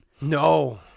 No